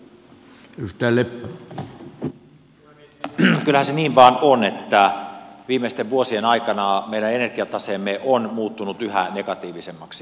kyllähän se niin vain on että viimeisten vuosien aikana meidän energiataseemme on muuttunut yhä negatiivisemmaksi